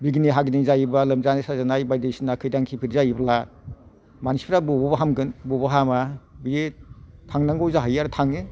बिगिनि हागिनि जायोब्ला लोमजानाय साजानाय बायदिसिना खैदां खैफोद जायोब्ला मानसिफ्रा बबाव हामगोन बबाव हामा बे थांनागौ जाहैयो थाङो